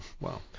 wow